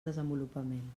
desenvolupament